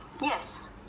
yes